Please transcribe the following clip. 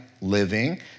living